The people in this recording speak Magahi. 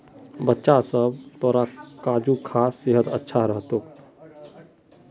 बच्चा सब, तोरा काजू खा सेहत अच्छा रह तोक